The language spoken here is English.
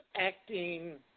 acting